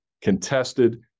contested